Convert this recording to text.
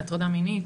הטרדה מינית